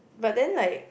but then like